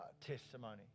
testimony